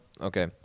Okay